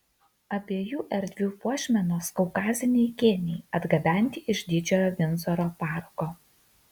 abiejų erdvių puošmenos kaukaziniai kėniai atgabenti iš didžiojo vindzoro parko